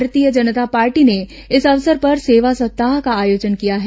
भारतीय जनता पार्टी ने इस अवसर पर सेवा सप्ताह का आयोजन किया है